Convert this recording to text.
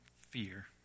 fear